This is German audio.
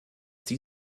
die